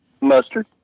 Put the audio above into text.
Mustard